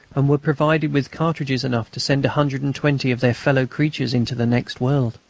and were provided with cartridges enough to send a hundred and twenty of their fellow-creatures into the next world.